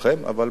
אנחנו מוכנים.